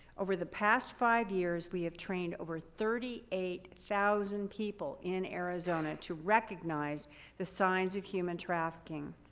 over the past five years, we have trained over thirty eight thousand people in arizona to recognize the signs of human trafficking.